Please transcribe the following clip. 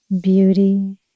Beauty